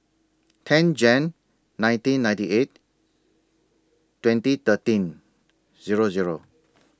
ten Jan nineteen ninety eight twenty thirteen Zero Zero